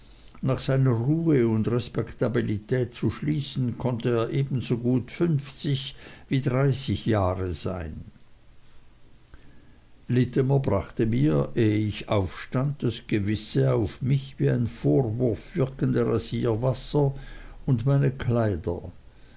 nach seiner ruhe und respektabilität zu schließen konnte er ebenso gut fünfzig wie dreißig jahre sein littimer brachte mir ehe ich aufstand das gewisse auf mich wie ein vorwurf wirkende rasierwasser und meine kleider